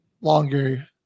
longer